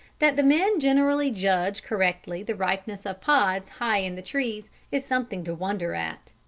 that the men generally judge correctly the ripeness of pods high in the trees is something to wonder at.